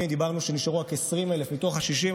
דיברנו על כך שנשארו רק 20,000 מפונים מתוך ה-60,000,